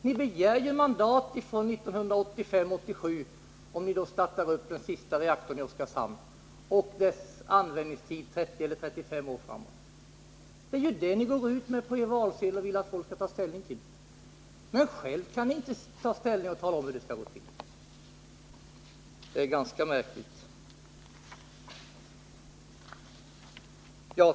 Ni begär ju mandat från 1985-1987, om ni då startar upp den sista reaktorn i Oskarshamn och dess användningstid är 30 eller 35 år. Det är ju det ni går ut med på er valsedel och vill att folket skall ta ställning till. Men själva kan ni inte ta ställning och tala om hur det skall gå till. Det är ganska märkligt.